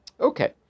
Okay